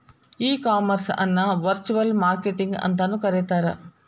ಈ ಕಾಮರ್ಸ್ ಅನ್ನ virtual marketing ಅಂತನು ಕರೇತಾರ